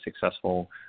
successful